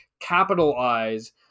Capitalize